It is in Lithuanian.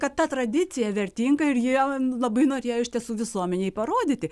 kad ta tradicija vertinga ir jie labai norėjo iš tiesų visuomenei parodyti